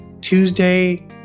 Tuesday